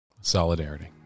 Solidarity